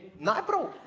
norrebro?